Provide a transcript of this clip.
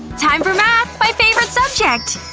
time for math! my favorite subject!